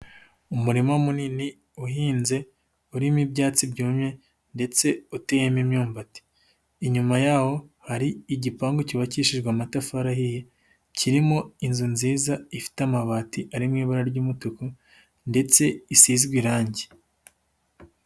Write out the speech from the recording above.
Umurima munini uhinze, urimo ibyatsi byumye ndetse uteyemo imyumbati, inyuma yawo hari igipangu cyubakishijwe amatafari ahiye, kirimo inzu nziza ifite amabati ari mu ibara ry'umutuku ndetse isizwe irangi.